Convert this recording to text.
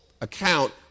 account